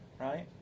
Right